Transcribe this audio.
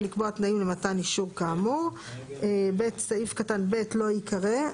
לקבוע תנאים למתן אישור כאמור"; סעיף קטן (ב) - לא ייקרא,